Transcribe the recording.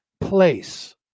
place